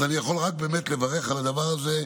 אז אני יכול רק באמת לברך על הדבר הזה.